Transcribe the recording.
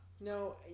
no